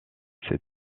ses